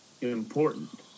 important